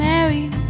Mary